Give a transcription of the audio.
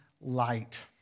light